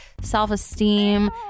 self-esteem